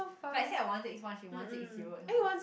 like say I one six one she one six zero that kind of thing